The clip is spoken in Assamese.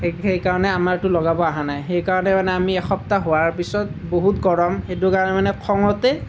সেই সেইকাৰণে আমাৰটো লগাব অহা নাই সেইকাৰণে মানে আমি এসপ্তাহ হোৱাৰ পিছত বহুত গৰম সেইটো কাৰণে মানে খঙতে